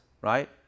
right